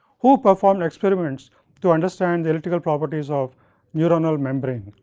who performed experiments to understand the electrical properties of neuronal membrane.